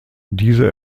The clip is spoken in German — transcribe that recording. dieser